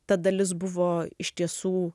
ta dalis buvo iš tiesų